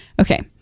Okay